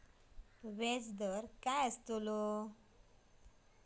व्याज दर काय आस्तलो?